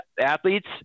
athletes